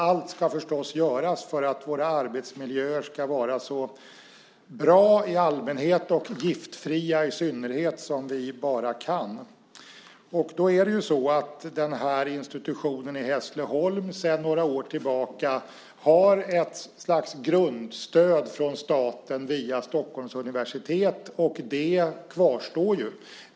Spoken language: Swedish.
Allt ska förstås göras för att våra arbetsmiljöer ska vara så bra i allmänhet och giftfria i synnerhet som de bara kan. Institutionen i Hässleholm har sedan några år tillbaka ett slags grundstöd från staten via Stockholms universitet. Det kvarstår ju.